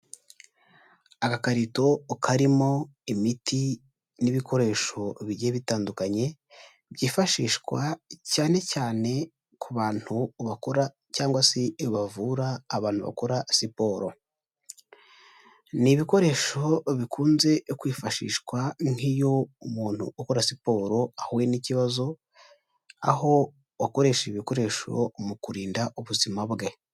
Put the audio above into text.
Agakarito karimo imiti n'ibikoresho bigiye bitandukanye byifashishwa cyane cyane ku bantu bakora cyangwa se bavura abantu bakora siporo, ni ibikoresho bikunze kwifashishwa nk'iyo umuntu ukora siporo ahuye n'ikibazo, aho akoresha ibikoresho mu kurinda ubuzima bwe.